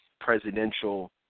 presidential